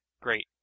Great